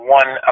one